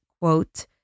quote